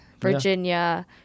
virginia